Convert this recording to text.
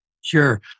Sure